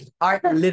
Art